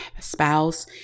spouse